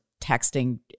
texting